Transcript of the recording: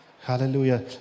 Hallelujah